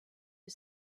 you